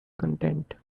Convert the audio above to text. content